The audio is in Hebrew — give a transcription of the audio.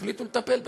והחליטו לטפל בזה.